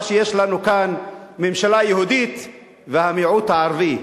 מה שיש לנו כאן: ממשלה יהודית והמיעוט הערבי,